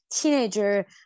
teenager